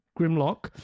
grimlock